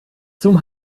zum